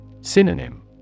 Synonym